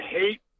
hate